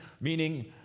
meaning